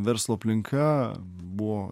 verslo aplinka buvo